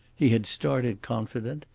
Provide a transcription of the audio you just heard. he had started confident.